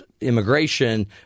immigration